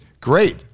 Great